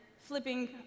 flipping